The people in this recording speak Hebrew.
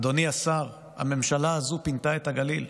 אדוני השר, הממשלה הזו פינתה את הגליל.